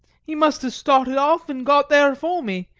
he must a started off and got there afore me,